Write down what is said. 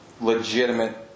legitimate